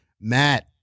Matt